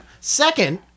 Second